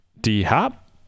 D-Hop